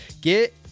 get